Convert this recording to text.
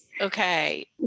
okay